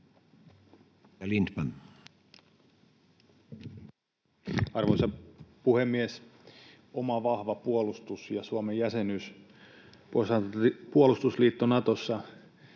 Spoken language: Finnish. Arvoisa puhemies! Oma vahva puolustus ja Suomen jäsenyys Pohjois-Atlantin puolustusliitto Natossa